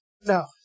No